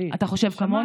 אתה חושב כמוני?